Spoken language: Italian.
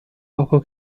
poco